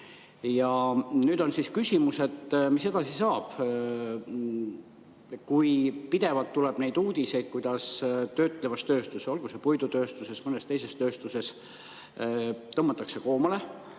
Nüüd on siis küsimus, et mis edasi saab. Pidevalt tuleb neid uudiseid, kuidas töötlevas tööstuses, olgu puidutööstuses või mõnes teises tööstuses, tõmmatakse koomale,